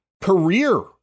career